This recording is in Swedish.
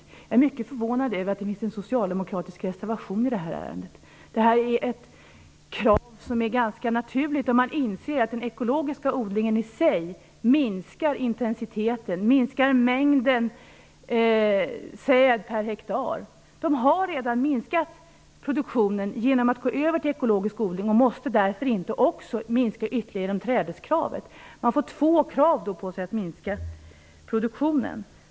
Jag är mycket förvånad över att det finns en socialdemokratisk reservation i det här ärendet. Det är ett ganska naturligt krav om man inser att den ekologiska odlingen i sig minskar intensiteten, mängden säd per hektar. De har redan minskat produktionen genom att gå över till ekologisk odling och måste därför inte också minska ytterligare genom trädeskravet. Man får två krav på sig att minska produktionen.